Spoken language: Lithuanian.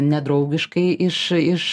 nedraugiškai iš iš